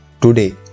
today